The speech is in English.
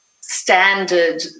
standard